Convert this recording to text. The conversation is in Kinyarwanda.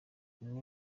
umwe